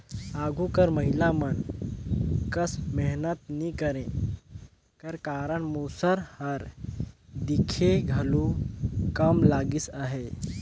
आघु कर महिला मन कस मेहनत नी करे कर कारन मूसर हर दिखे घलो कम लगिस अहे